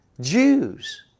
Jews